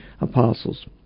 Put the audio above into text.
apostles